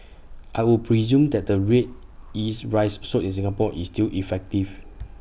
I would presume that the Red Yeast Rice sold in Singapore is still effective